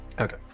Okay